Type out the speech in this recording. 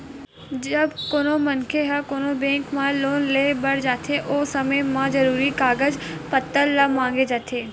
जब कोनो मनखे ह कोनो बेंक म लोन लेय बर जाथे ओ समे म जरुरी कागज पत्तर ल मांगे जाथे